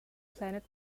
planet